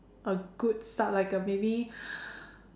a good start like a maybe